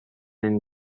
and